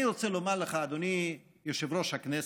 אני רוצה לומר לך, אדוני יושב-ראש הכנסת,